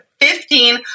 fifteen